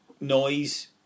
Noise